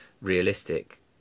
realistic